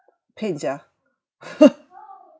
pain sia